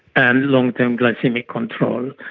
and long-term glycaemic control,